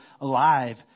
alive